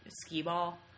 Skee-Ball